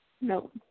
No